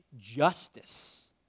justice